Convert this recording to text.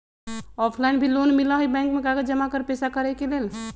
Offline भी loan मिलहई bank में कागज जमाकर पेशा करेके लेल?